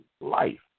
life